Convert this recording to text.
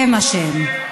זה מה שהם.